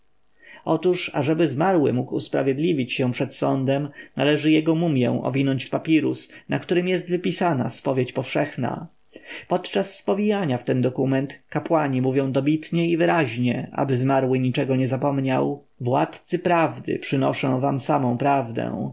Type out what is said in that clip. otóż ażeby zmarły mógł usprawiedliwić się przed sądem należy jego mumję owinąć w papirus na którym jest wypisana spowiedź powszechna podczas spowijania w ten dokument kapłani mówią dobitnie i wyraźnie aby zmarły niczego nie zapomniał władcy prawdy przynoszę wam samą prawdę